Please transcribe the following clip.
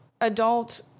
adult